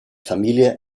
familie